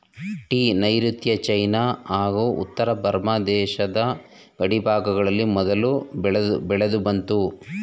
tea ನೈರುತ್ಯ China ಹಾಗೂ ಉತ್ತರ ಬರ್ಮ ದೇಶದ ಗಡಿಭಾಗದಲ್ಲಿ ಮೊದಲು ಬೆಳೆದುಬಂತು